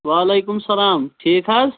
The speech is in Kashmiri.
وعلیکُم السلام ٹھیٖک حظ